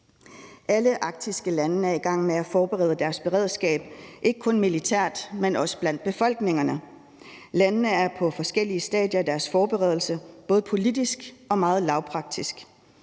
Alle arktiske lande er i gang med at forberede deres beredskab, ikke kun militært, men også blandt befolkningerne. Landene er på forskellige stadier i deres forberedelse, både politisk og meget lavpraktisk.